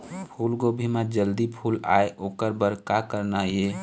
फूलगोभी म जल्दी फूल आय ओकर बर का करना ये?